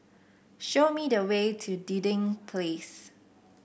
show me the way to Dinding Place